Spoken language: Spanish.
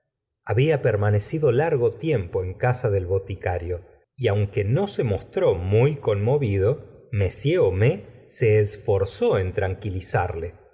había permanecido largo tiempo en casa del boticario y aunque no se mostró muy conmovido m homais se esforzó en tranquilizarle